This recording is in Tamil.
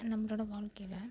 நம்மளோட வாழ்க்கையில